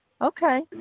Okay